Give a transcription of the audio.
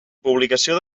publicació